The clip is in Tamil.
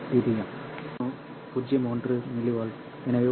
1 mW எனவே 1 கி